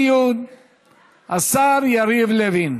יסכם את הדיון השר יריב לוין.